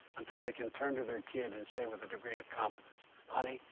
until they can turn to their kid and say with a degree of confidence, honey,